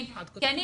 האם אתם